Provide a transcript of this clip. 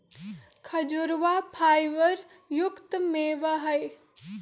खजूरवा फाइबर युक्त मेवा हई